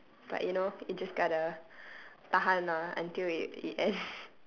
but you know you just gotta tahan lah until it it ends